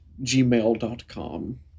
gmail.com